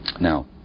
Now